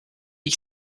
ich